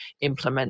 implement